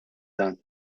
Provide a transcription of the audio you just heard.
dan